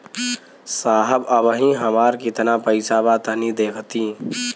साहब अबहीं हमार कितना पइसा बा तनि देखति?